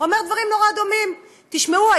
אומר דברים נורא דומים: תשמעו,